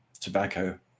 tobacco